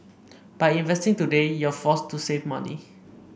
by investing today you're forced to save money